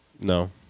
No